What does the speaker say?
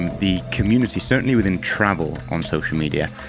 the community certainly within travel, on social media,